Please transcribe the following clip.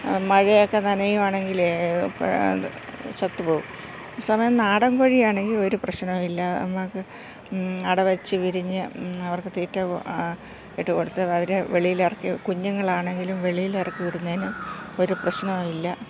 മഴയൊക്കെ നനയുകയാണെങ്കിൽ ചത്തു പോവും സമയം നാടൻ വഴിയാണെങ്കിൽ ഒരു പ്രശ്നം ഇല്ല നമ്മൾക്ക് അട വച്ചു വിരിഞ്ഞു അവർക്ക് തീറ്റ ഇട്ട് കൊടുത്ത് അവരെ വെളിയിൽ ഇറക്കി കുഞ്ഞുങ്ങളാണെങ്കിലും വെളിയിലിറക്കി വിടുന്നതിന് ഒരു പ്രശ്നവും ഇല്ല